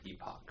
epoch